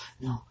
No